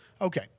Okay